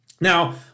now